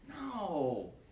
No